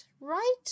Right